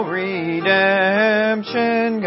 redemption